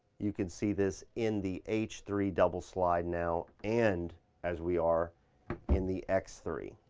you could see this in the h three double slide now and as we are in the x three.